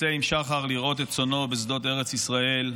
יוצא עם שחר לרעות את צאנו בשדות ארץ ישראל,